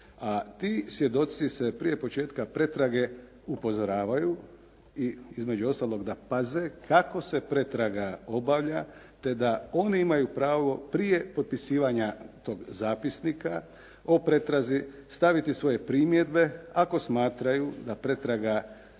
a ti svjedoci se prije početka pretrage upozoravaju i između ostalog da paze kako se pretraga obavlja te da oni imaju pravo prije potpisivanja tog zapisnika o pretrazi staviti svoje primjedbe ako smatraju da pretraga nije